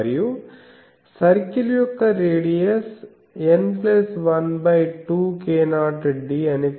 మరియు సర్కిల్ యొక్క radius N12k0d అని పిలుస్తాను